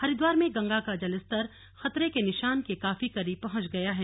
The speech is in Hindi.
हरिद्वार में गंगा का जलस्तर खतरे के निशान के काफी करीब पहुंच गया है